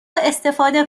استفاده